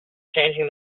changing